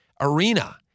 arena